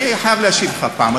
אני חייב להשיב לך פעם,